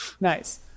Nice